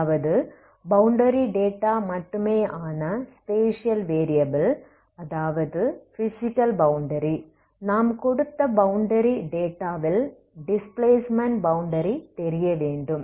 அதாவது boundary data மட்டுமே ஆன ஸ்பேஷியல் வேரியபில் அதாவது பிஸிக்கல் பௌண்டரி நாம் கொடுத்த பௌண்டரி டேட்டாவில் டிஸ்பிளேஸ்ட்மென்ட் பௌண்டரி தெரிய வேண்டும்